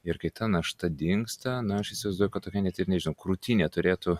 ir kai ta našta dingsta na aš įsivaizduoju kad tokia net ir nežinau krūtinė turėtų